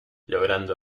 logrando